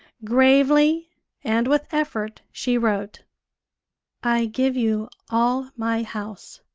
gravely and with effort she wrote i give you all my house.